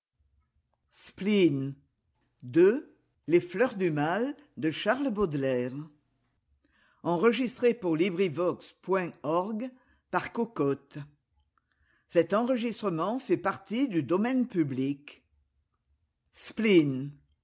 les fleurs du mal ne